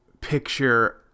picture